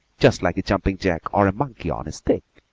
just like a jumping-jack or a monkey on a stick.